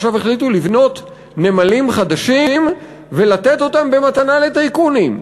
עכשיו החליטו לבנות נמלים חדשים ולתת אותם במתנה לטייקונים.